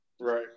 Right